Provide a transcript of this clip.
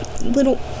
little